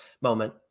moment